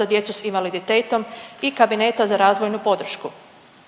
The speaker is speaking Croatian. za djecu s invaliditetom i kabineta za razvojnu podršku.